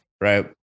right